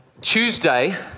Tuesday